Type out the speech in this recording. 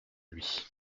lui